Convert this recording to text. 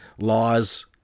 laws